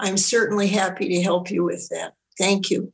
i'm certainly happy to help you with that thank you